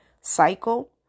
cycle